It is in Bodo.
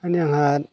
मानि आंहा